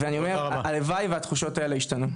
ואני אומר, הלוואי והתחושות האלה ישתנו.